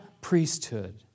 priesthood